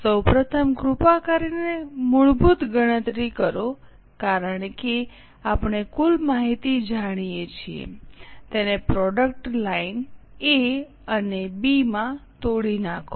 સૌ પ્રથમ કૃપા કરીને મૂળભૂત ગણતરી કરો કારણ કે આપણે કુલ માહિતી જાણીએ છીએ તેને product line Product Line A અને બી માં તોડી નાખો